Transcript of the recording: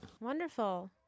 Wonderful